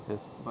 yes